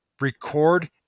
record